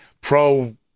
pro